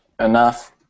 enough